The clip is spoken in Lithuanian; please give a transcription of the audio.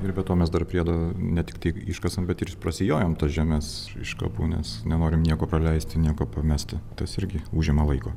ir be to mes dar priedo ne tik tai iškasam bet ir prasijojam tas žemes iš kapų nes nenorim nieko praleisti nieko pamesti tas irgi užima laiko